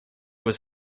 was